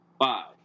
Five